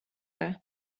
det